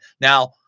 now